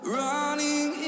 running